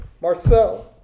Marcel